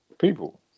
people